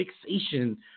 fixation